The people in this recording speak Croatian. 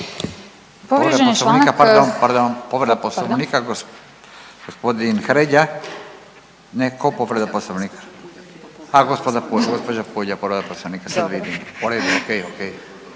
Povrijeđen je članak